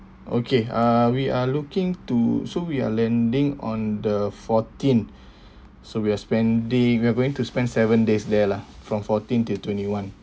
okay uh we are looking to so we are landing on the fourteen so we're spending we're going to spend seven days there lah from fourteen till twenty one